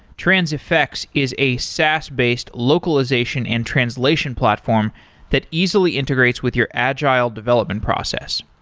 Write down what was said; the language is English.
transifex is a saas based localization and translation platform that easily integrates with your agile development process.